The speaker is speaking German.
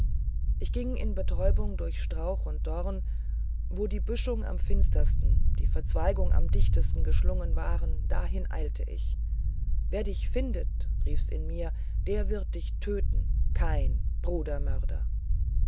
ich ging in betäubung durch strauch und dorn wo die büschung am finstersten die verzweigung am dichtesten geschlungen war dahin eilte ich wer dich findet rief s in mir der wird dich töten kain